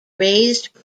raised